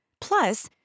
Plus